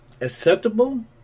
acceptable